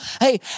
Hey